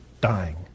dying